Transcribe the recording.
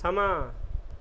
ਸਮਾਂ